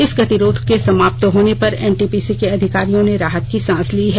इस गतिरोध के समाप्त होने पर एनटीपीसी के अधिकारियों ने राहत की सांस ली है